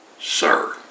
Sir